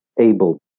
able